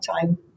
time